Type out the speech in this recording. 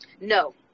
No